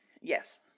Yes